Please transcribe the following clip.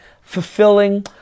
fulfilling